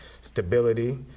stability